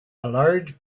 large